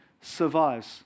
survives